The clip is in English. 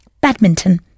badminton